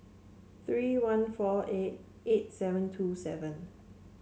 three one four eight eight seven two seven